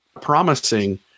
promising